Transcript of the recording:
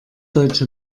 deutsche